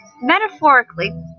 metaphorically